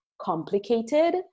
complicated